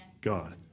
God